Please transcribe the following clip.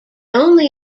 only